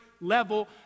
level